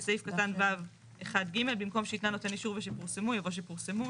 בסעיף קטן (ו)(1)(ג) במקום "שהתנה נותן האישור ופורסמו" יבוא "שפורסמו".